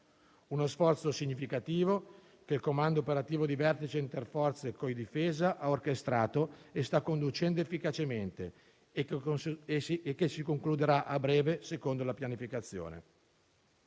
Uno sforzo significativo, che il Comando operativo di vertice interforze (COI) difesa ha orchestrato e sta conducendo efficacemente e che si concluderà a breve secondo la pianificazione.